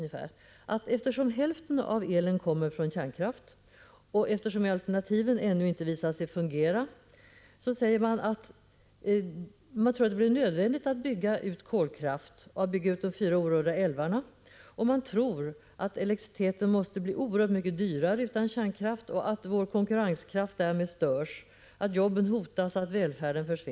Eftersom hälften av elen ju kommer från kärnkraft och man tror att alternativen ännu inte har visat sig fungera, tror man att det blir nödvändigt att bygga ut kolkraften och de fyra orörda älvarna. Man tror att elektriciteten måste bli oerhört mycket dyrare utan kärnkraft, att vår konkurrenskraft därmed försämras, att jobben hotas samt att välfärden blir mindre.